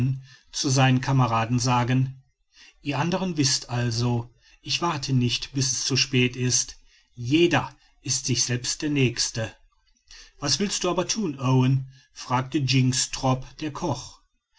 zu seinen kameraden sagen ihr anderen wißt es also ich warte nicht bis es zu spät ist jeder ist sich selbst der nächste was willst du aber thun owen fragte ihn jynxtrop der koch